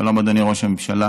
שלום, אדוני ראש הממשלה.